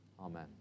Amen